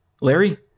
Larry